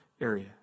area